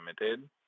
limited